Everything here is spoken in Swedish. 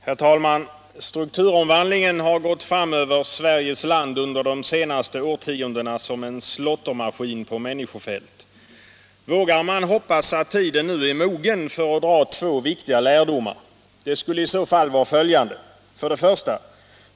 Herr talman! Strukturomvandlingen har gått fram över Sveriges land under de senaste årtiondena som en slåttermaskin på människofält. Vågar man hoppas att tiden nu är mogen för att dra två viktiga lärdomar? Det skulle i så fall vara följande: 1.